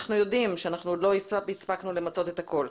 אנחנו יודעים שלא הספקנו למצות את הכול.